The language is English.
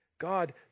God